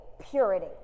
purity